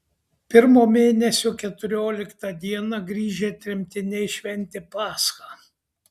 pirmo mėnesio keturioliktą dieną grįžę tremtiniai šventė paschą